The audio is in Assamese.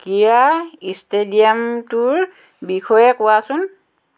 ক্ৰীড়া ইষ্টেডিয়ামটোৰ বিষয়ে কোৱাচোন